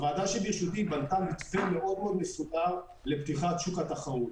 הוועדה שברשותי בנתה מתווה מאוד מאוד מסודר לפתיחת שוק התחרות.